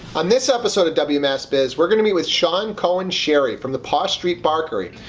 on this episode of wmassbiz, we're going to meet with shawn cohen-sherry from the paw street barkery.